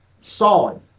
Solid